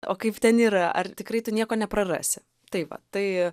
o kaip ten yra ar tikrai tu nieko neprarasi tai va tai